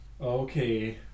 Okay